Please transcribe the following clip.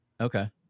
Okay